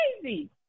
crazy